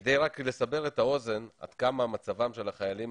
וכדי רק לסבר את האוזן עד כמה מצבם של החיילים